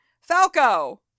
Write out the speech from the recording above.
Falco